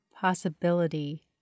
possibility